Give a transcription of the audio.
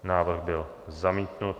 Návrh byl zamítnut.